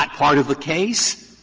um of the case,